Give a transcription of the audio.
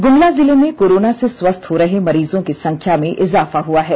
गुमला जिले में कोरोना से स्वस्थ हो रहे मरीजों की संख्या में इजाफा हुआ है